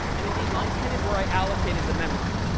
and indeed, line ten is where i allocated the memory.